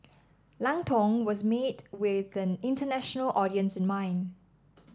Lang Tong was made with an international audience in mind